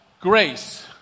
Grace